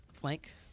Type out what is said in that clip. flank